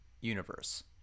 universe